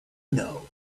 know